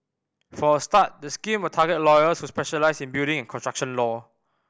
for a start the scheme will target lawyers who specialise in building and construction law